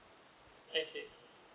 I see